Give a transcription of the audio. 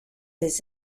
his